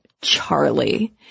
Charlie